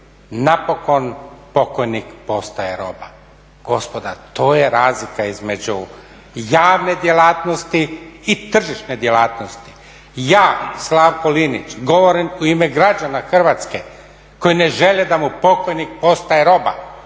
napokon pokojnik postaje roba. Gospodo to je razlika između javne djelatnosti i tržišne djelatnosti. Ja Slavko Linić govorim u ime građana Hrvatske koji ne žele da mu pokojnik postaje roba.